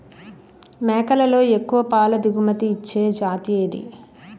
మేకలలో ఎక్కువ పాల దిగుమతి ఇచ్చే జతి ఏది?